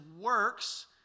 works